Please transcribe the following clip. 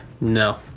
No